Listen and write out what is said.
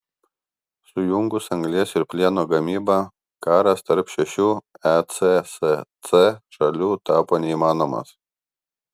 sujungus anglies ir plieno gamybą karas tarp šešių ecsc šalių tapo neįmanomas